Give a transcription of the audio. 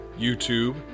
YouTube